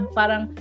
parang